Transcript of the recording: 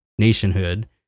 nationhood